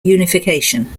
unification